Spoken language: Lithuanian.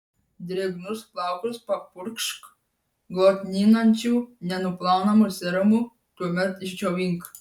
drėgnus plaukus papurkšk glotninančiu nenuplaunamu serumu tuomet išdžiovink